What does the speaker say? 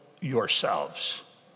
yourselves